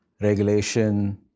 regulation